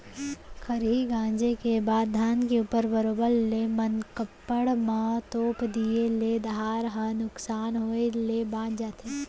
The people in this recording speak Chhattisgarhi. खरही गॉंजे के बाद धान के ऊपर बरोबर ले मनकप्पड़ म तोप दिए ले धार ह नुकसान होय ले बॉंच जाथे